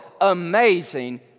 amazing